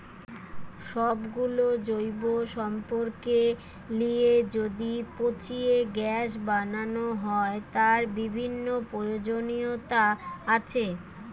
সব গুলো জৈব সম্পদকে লিয়ে যদি পচিয়ে গ্যাস বানানো হয়, তার বিভিন্ন প্রয়োজনীয়তা আছে